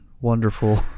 wonderful